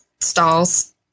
stalls